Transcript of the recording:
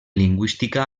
lingüística